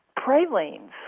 pralines